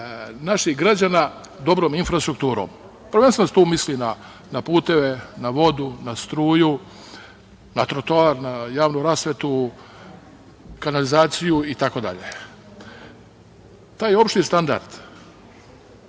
naših građana dobrom infrastrukturom. Prvenstveno se tu misli na puteve, na vodu, na struju, na trotoar, na javnu rasvetu, kanalizaciju itd. Taj opšti standard